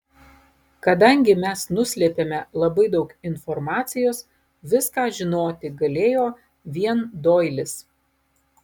kadangi mes nuslėpėme labai daug informacijos viską žinoti galėjo vien doilis